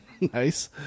Nice